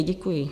Děkuji.